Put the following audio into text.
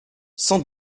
cent